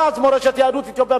מרכז מורשת יהדות אתיופיה,